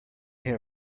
have